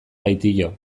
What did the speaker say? baitio